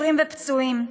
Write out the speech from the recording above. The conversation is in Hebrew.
עיוורים ופצועים.